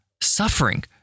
suffering